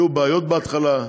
יהיו בעיות בהתחלה.